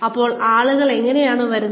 അപ്പോൾ ആളുകൾ എങ്ങനെയാണ് വരുന്നത്